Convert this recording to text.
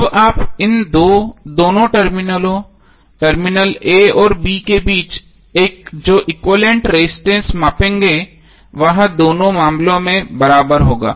अब आप इन दोनों टर्मिनल a और b के बीच जो एक्विवैलेन्ट रजिस्टेंस मापेंगे वह दोनों मामलों में बराबर होगा